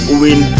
win